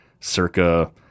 circa